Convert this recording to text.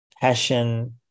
passion